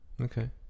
Okay